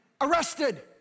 arrested